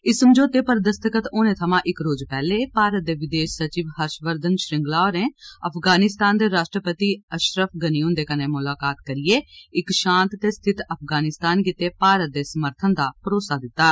इस समझौते पर दस्तखत होने थमां इक्क रोज़ पैह्ले भारत दे विदेश सचीव हर्ष बर्धन श्रीगंला होरें अफगानिस्तान दे राष्ट्रपति अशरफ गनी हुन्दे कन्नै मुलाकात करिए इक्क शांत ते स्थित अफगानिस्तान गित्तै भारत दे समर्थन दा भरोसा दित्ता